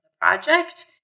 project